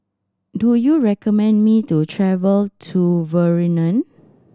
do you recommend me to travel to